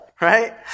Right